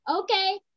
okay